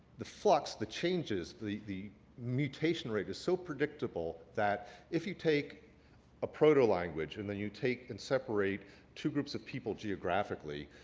the flux, the changes, the the mutation rate, is so predictable that if you take a proto-language and then you take and separate two groups of people geographically,